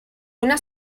una